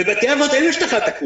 בבתי אבות אין השטחת עקומה,